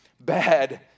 bad